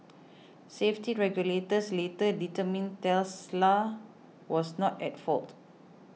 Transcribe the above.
safety regulators later determined Tesla was not at fault